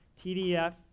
TDF